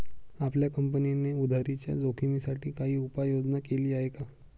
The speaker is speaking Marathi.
आपल्या कंपनीने उधारीच्या जोखिमीसाठी काही उपाययोजना केली आहे का?